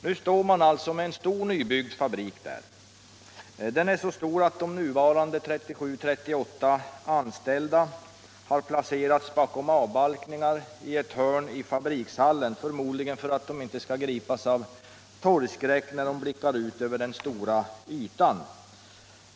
Nu står man alltså där med en stor nybyggd fabrik, den är så stor att de nuvarande 37-38 anställda har placerats bakom avbalkningar i ett hörn i fabrikshallen, förmodligen för att de inte skall gripas av torgskräck när de blickar ut över den stora ytan.